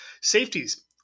Safeties